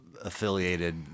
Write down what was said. affiliated